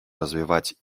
развивать